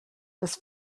das